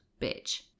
bitch